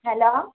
hello